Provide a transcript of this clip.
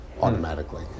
automatically